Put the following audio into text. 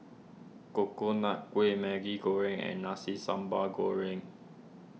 Coconut Kuih Maggi Goreng and Nasi Sambal Goreng